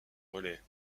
relais